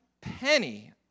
penny